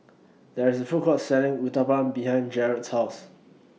There IS A Food Court Selling Uthapam behind Gerard's House